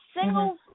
single